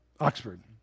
Oxford